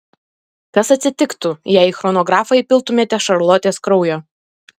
kas atsitiktų jei į chronografą įpiltumėte šarlotės kraujo